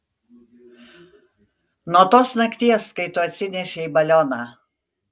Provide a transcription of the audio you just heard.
nuo tos nakties kai tu atsinešei balioną